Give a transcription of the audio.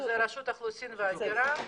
זאת רשות האוכלוסין וההגירה.